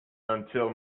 until